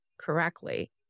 correctly